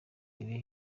iri